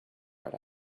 right